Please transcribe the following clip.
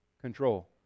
Control